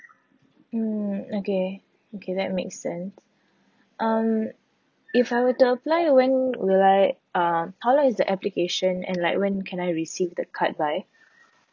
mm okay okay that makes sense um if I were to apply when will I uh how long is the application and like when can I receive the card by